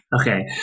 okay